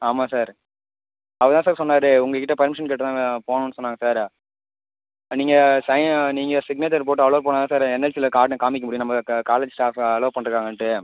ஆமாம் சார் அவர் தான் சார் சொன்னார் உங்ககிட்ட பெர்மிஷன் கேட்டுதான் போகணுன்னு சொன்னாங்க சார் நீங்கள் சைன் நீங்கள் சிக்னேச்சர் போட்டு அலோவ் பண்ணால் தான் சார் என்எல்சியில கார்டை காமிக்கமுடியும் நம்ப க காலேஜ் ஸ்டாஃபை அலோவ் பண்ணிருக்காங்கன்ட்டு